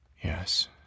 Yes